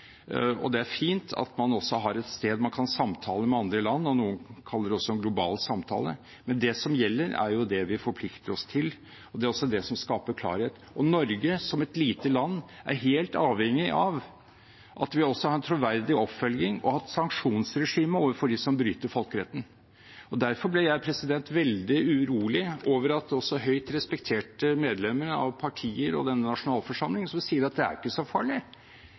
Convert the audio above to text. Migration. Det er fint at man også har et sted der man kan samtale med andre land – noen kaller det også en global samtale – men det som gjelder, er jo det vi forplikter oss til. Det er også det som skaper klarhet. Norge som et lite land er helt avhengig av at vi har en troverdig oppfølging og et sanksjonsregime overfor dem som bryter folkeretten. Derfor blir jeg veldig urolig over høyt respekterte medlemmer av partier og denne nasjonalforsamling som sier at det er ikke så farlig